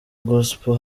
gospel